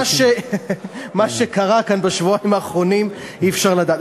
מה שקרה כאן בשבועיים האחרונים, אי-אפשר לדעת.